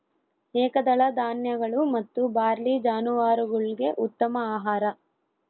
ಏಕದಳ ಧಾನ್ಯಗಳು ಮತ್ತು ಬಾರ್ಲಿ ಜಾನುವಾರುಗುಳ್ಗೆ ಉತ್ತಮ ಆಹಾರ